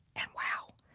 and wow.